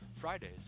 Fridays